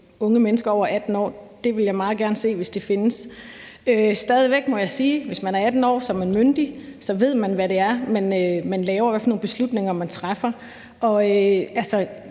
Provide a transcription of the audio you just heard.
unge mennesker over 18 år. Dem vil jeg meget gerne se, hvis de findes. Jeg må stadig væk sige, at hvis man er 18 år, er man myndig, og så ved man, hvad det er, man laver, og hvad for nogle beslutninger man træffer. Altså,